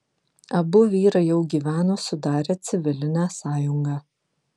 abu vyrai jau gyveno sudarę civilinę sąjungą